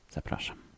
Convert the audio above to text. Zapraszam